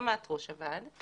בהסכמת ראש הוועד.